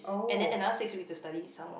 ~s and then another six weeks to study some more